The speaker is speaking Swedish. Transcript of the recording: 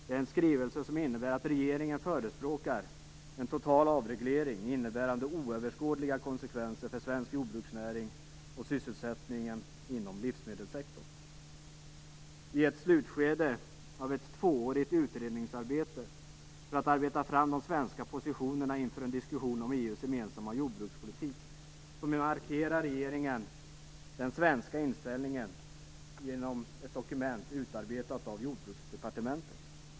Det är en skrivelse som innebär att regeringen förespråkar en total avreglering, innebärande oöverskådliga konsekvenser för svensk jordbruksnäring och sysselsättningen inom livsmedelssektorn. I ett slutskede av ett tvåårigt utredningsarbete för att arbeta fram de svenska positionerna inför en diskussion om EU:s gemensamma jordbrukspolitik markerar regeringen den svenska inställningen genom ett dokument utarbetat av Jordbruksdepartementet.